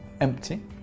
empty